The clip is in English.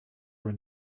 were